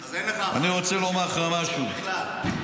אז אין לך אחריות על 7 באוקטובר בכלל?